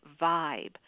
vibe